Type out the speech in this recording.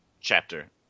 chapter